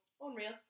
unreal